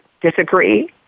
disagree